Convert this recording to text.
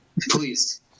please